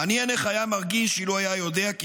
מעניין איך היה מרגיש אילו היה יודע כי